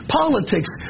politics